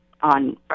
on